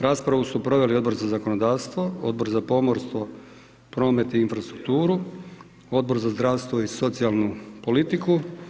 Raspravu proveli odbor za zakonodavstvo, Odbor za pomost5vo, promet i infrastrukturu, Odbor za zdravstvo i socijalnu politiku.